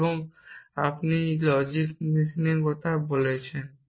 এখন আপনি লজিক মেশিনের কথা বলছেন